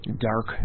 dark